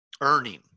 earning